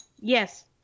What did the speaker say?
Yes